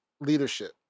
Leadership